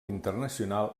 internacional